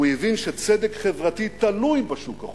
הוא הבין שצדק חברתי תלוי בשוק החופשי.